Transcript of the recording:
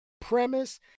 premise